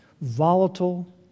volatile